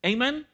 Amen